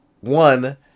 one